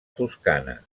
toscana